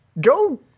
go